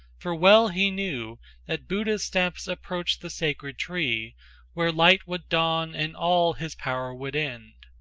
for well he knew that buddha's steps approached the sacred tree where light would dawn and all his power would end.